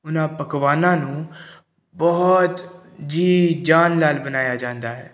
ਉਹਨਾਂ ਪਕਵਾਨਾਂ ਨੂੰ ਬਹੁਤ ਜੀਅ ਜਾਨ ਨਾਲ ਬਣਾਇਆ ਜਾਂਦਾ ਹੈ